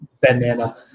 banana